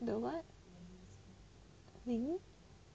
the what